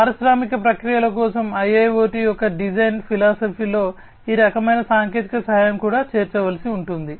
పారిశ్రామిక ప్రక్రియల కోసం IIoT యొక్క డిజైన్ ఫిలాసఫీలో ఈ రకమైన సాంకేతిక సహాయం కూడా చేర్చవలసి ఉంటుంది